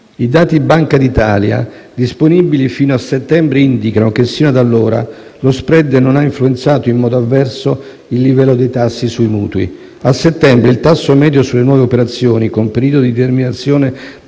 I dati della Banca d'Italia, disponibili fino a settembre, indicano che, sino ad allora, lo *spread* non ha influenzato in modo avverso il livello dei tassi sui mutui. A settembre il tasso medio sulle nuove operazioni, con periodo di determinazione